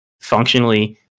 functionally